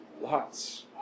Lots